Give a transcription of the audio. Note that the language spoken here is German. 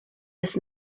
des